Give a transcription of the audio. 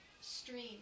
stream